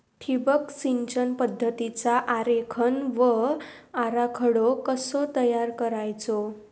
ठिबक सिंचन पद्धतीचा आरेखन व आराखडो कसो तयार करायचो?